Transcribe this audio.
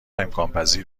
امکانپذیر